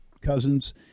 cousins